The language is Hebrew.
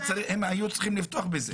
הם היו צריכים לפתוח בזה.